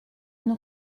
une